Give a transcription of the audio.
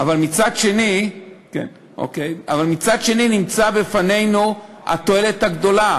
כלומר ההטבה הזאת,